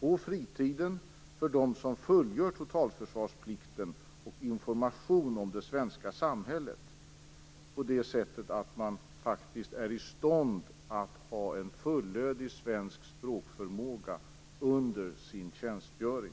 på fritiden för dem som fullgör totalförsvarsplikt och även information om det svenska samhället. På det sättet skulle man vara i stånd att ha en fullödig svensk språkförmåga under sin tjänstgöring.